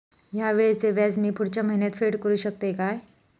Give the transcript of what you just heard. हया वेळीचे व्याज मी पुढच्या महिन्यात फेड करू शकतय काय?